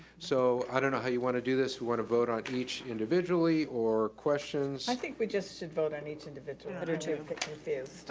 so, i don't know how you wanna do this, you wanna vote on each individually? or questions? i think we just should vote on each individually. i do too.